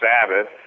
Sabbath